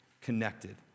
connected